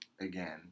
again